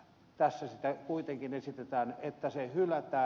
tässä kuitenkin esitetään että se hylätään